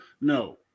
no